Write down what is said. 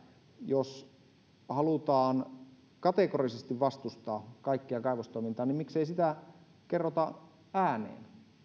jos halutaan kategorisesti vastustaa kaikkea kaivostoimintaa miksei sitä kerrota ääneen